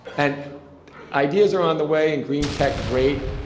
and ideas are on the way, and green tech, great.